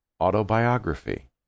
autobiography